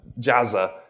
Jazza